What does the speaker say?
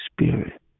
spirit